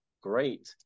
Great